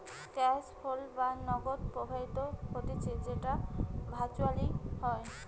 cash flow বা নগদ প্রবাহ হতিছে যেটো ভার্চুয়ালি হয়